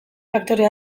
faktore